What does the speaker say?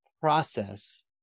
process